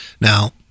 now